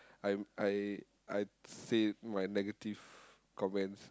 I I I say my negative comments